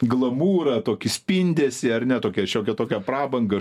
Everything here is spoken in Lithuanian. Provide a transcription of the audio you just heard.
glamurą tokį spindesį ar ne tokią šiokią tokią prabangą